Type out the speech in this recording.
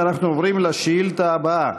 אנחנו עוברים לשאילתה הבאה.